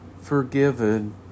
forgiven